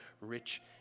rich